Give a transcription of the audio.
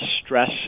stress